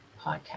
podcast